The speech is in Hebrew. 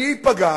מי ייפגע?